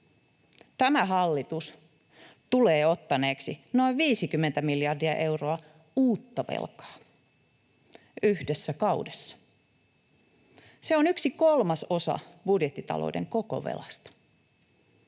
Tämä hallitus tulee ottaneeksi noin 50 miljardia euroa uutta velkaa, yhdessä kaudessa. Se on yksi kolmasosa budjettitalouden koko velasta.